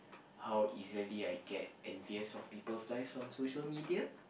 how easily I get envious of peoples' lives on social media